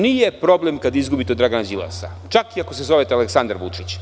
Nije problem kada izgubite od Dragana Đilasa, čak i ako se zovete Aleksandar Vučić.